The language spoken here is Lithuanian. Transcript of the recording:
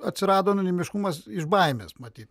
atsirado anonimiškumas iš baimės matyt